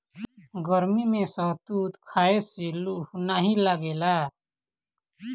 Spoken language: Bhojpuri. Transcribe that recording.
गरमी में शहतूत खाए से लूह नाइ लागेला